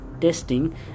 testing